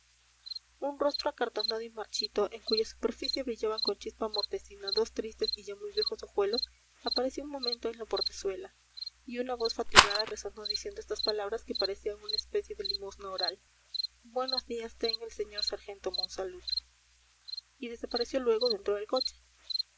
un rostro acartonado y marchito en cuya superficie brillaban con chispa mortecina dos tristes y ya muy viejos ojuelos apareció un momento en la portezuela y una voz fatigada resonó diciendo estas palabras que parecían una especie de limosna oral buenos días tenga el señor sargento monsalud y desapareció luego dentro del coche